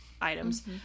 items